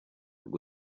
rwo